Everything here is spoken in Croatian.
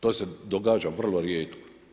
To se događa vrlo rijetko.